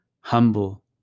humble